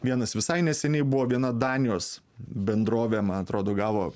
vienas visai neseniai buvo viena danijos bendrovė man atrodo gavo